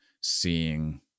seeing